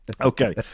Okay